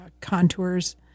contours